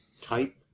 type